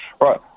right